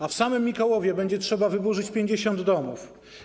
A w samym Mikołowie będzie trzeba wyburzyć 50 domów.